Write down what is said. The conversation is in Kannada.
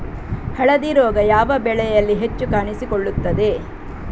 ಹಳದಿ ರೋಗ ಯಾವ ಬೆಳೆಯಲ್ಲಿ ಹೆಚ್ಚು ಕಾಣಿಸಿಕೊಳ್ಳುತ್ತದೆ?